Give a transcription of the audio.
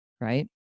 Right